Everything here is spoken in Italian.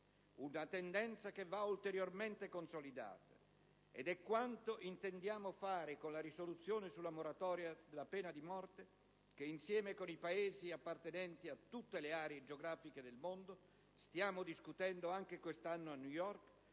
Una tendenza che va ulteriormente consolidata, ed è quanto intendiamo fare con la risoluzione sulla moratoria della pena di morte che, insieme con i Paesi appartenenti a tutte le aree geografiche del mondo, stiamo discutendo anche quest'anno a New York,